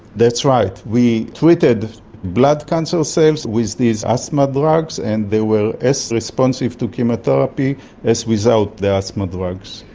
that's right. we treated blood cancer cells with these asthma drugs, and they were as responsive to chemotherapy as without the asthma drugs.